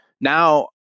Now